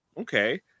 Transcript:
Okay